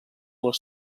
les